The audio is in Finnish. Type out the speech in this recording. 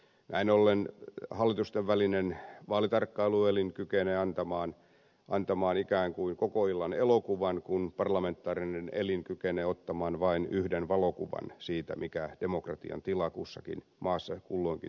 näin ollen hallitustenvälinen vaalitarkkailuelin kykenee antamaan ikään kuin kokoillan elokuvan kun parlamentaarinen elin kykenee ottamaan vain yhden valokuvan siitä mikä demokratian tila kussakin maassa kulloinkin sattuu olemaan